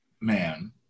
man